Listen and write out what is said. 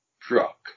truck